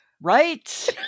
right